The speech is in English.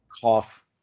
Cough